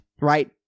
right